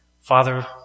father